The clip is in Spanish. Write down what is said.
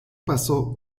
pasó